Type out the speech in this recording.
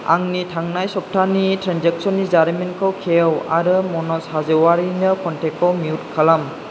आंनि थांनाय सप्तानि ट्रेन्जेकसननि जारिमिनखौ खेव आरो मनज हाज'वारिनो कनटेक्टखौ मिउट खालाम